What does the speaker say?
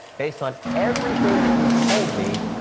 based on everything that you've told me,